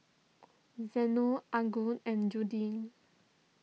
Zeno Angus and Judith